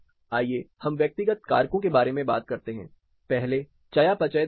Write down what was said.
आइए हम व्यक्तिगत कारकों के बारे में बात करते हैं पहले चयापचय दर है